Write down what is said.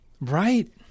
Right